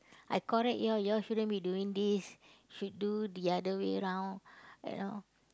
I correct you all you all shouldn't being doing this should do the other way round I know